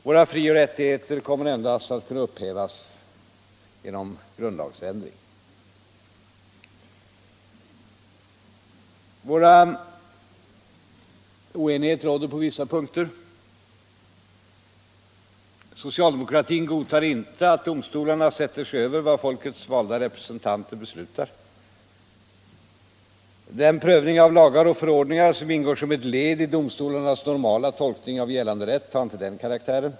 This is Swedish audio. Våra frioch rättigheter kommer ändå att kunna upphävas genom grundlagsändringar. Oenighet råder på vissa punkter. Socialdemokratin godtar inte att domstolarna sätter sig över vad folkets valda representanter beslutar. Den 135 prövning av lagar och förordningar som ingår som ett led i domstolarnas normala tolkning av gällande rätt har inte den karaktären.